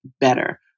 better